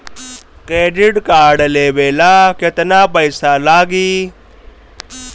Credit card लेवे ला केतना पइसा लागी?